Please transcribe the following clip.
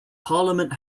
parliament